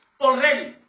already